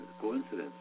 coincidence